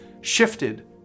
shifted